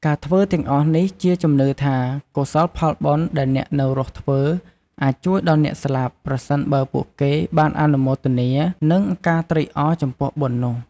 ការធ្វើទាំងអស់នេះជាជំនឿថា កុសលផលបុណ្យដែលអ្នកនៅរស់ធ្វើ អាចជួយដល់អ្នកស្លាប់ ប្រសិនបើពួកគេបានអនុមោទនា និងការត្រេកអរ ចំពោះបុណ្យនោះ។